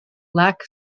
lack